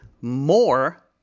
more